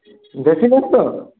তো